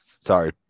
Sorry